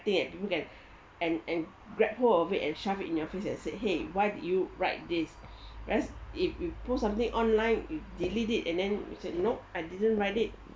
writing then and and grab hold of it and shove it in your face you and said !hey! why did you write this whereas if you pull something online you delete it and then you said no I didn't write it